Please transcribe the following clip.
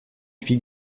fit